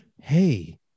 Hey